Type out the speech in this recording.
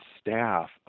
staff